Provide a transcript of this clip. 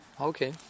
Okay